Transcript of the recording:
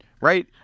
right